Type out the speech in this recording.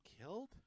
killed